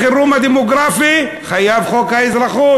החירום הדמוגרפי, חייב להיות חוק האזרחות.